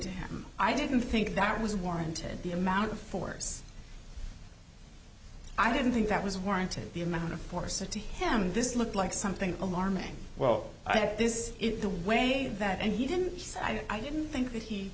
to him i didn't think that was warranted the amount of force i didn't think that was warranted the amount of force or to him this looked like something alarming well i think this is the way that and he didn't say i didn't think that he